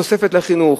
תוספת לחינוך,